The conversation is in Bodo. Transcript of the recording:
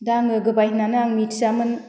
दा आङो गोबाय होन्नानै आं मिथियामोन